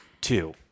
Two